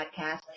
podcast